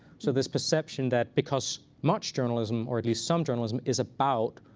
so this perception that because much journalism, or at least some journalism, is about